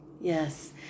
Yes